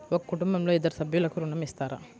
ఒక కుటుంబంలో ఇద్దరు సభ్యులకు ఋణం ఇస్తారా?